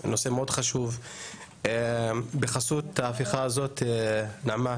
נושא מאוד חשוב בחסות ההפיכה הזאת נעמה,